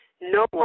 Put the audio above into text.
no